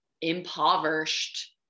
impoverished